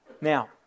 Now